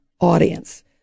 audience